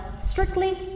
strictly